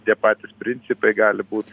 tie patys principai gali būt